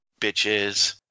Bitches